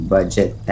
Budget